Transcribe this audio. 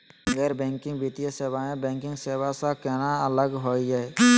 गैर बैंकिंग वित्तीय सेवाएं, बैंकिंग सेवा स केना अलग होई हे?